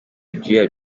ibyuya